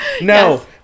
No